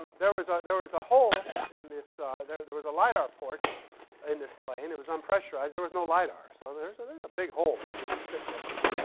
and there was ah there was a hole in this there there was a lidar port in this plane. it was unpressurized. there was no lidar, so there's and there's a big hole that we would sit next to.